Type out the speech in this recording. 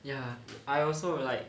ya I also like